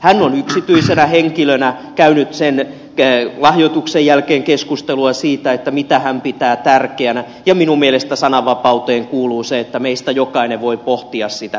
hän on yksityisenä henkilönä käynyt lahjoituksen jälkeen keskustelua siitä mitä hän pitää tärkeänä ja minun mielestäni sananvapauteen kuuluu se että meistä jokainen voi pohtia sitä